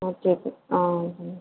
okay okay ஆ அதை பண்ணுங்கள்